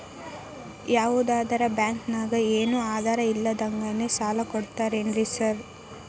ಯಾವದರಾ ಬ್ಯಾಂಕ್ ನಾಗ ಏನು ಆಧಾರ್ ಇಲ್ದಂಗನೆ ಸಾಲ ಕೊಡ್ತಾರೆನ್ರಿ ಸಾರ್?